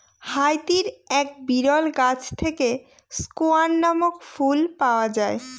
হাইতির এক বিরল গাছ থেকে স্কোয়ান নামক ফুল পাওয়া যায়